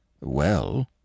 Well